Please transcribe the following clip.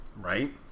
Right